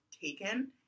taken